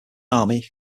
army